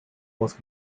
was